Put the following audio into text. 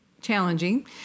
challenging